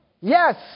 Yes